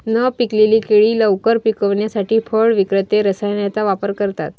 न पिकलेली केळी लवकर पिकवण्यासाठी फळ विक्रेते रसायनांचा वापर करतात